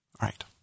right